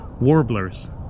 warblers